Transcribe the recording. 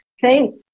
Thank